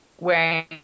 wearing